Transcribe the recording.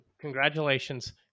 congratulations